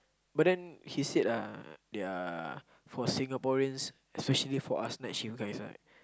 but then he said ah they are for Singaporeans especially for us next shift guys right